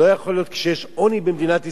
לא יכול להיות שכשיש עוני במדינת ישראל,